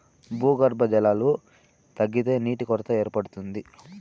భూగర్భ జలాలు తగ్గితే నీటి కొరత ఏర్పడుతుంది